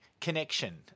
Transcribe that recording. connection